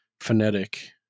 phonetic